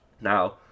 Now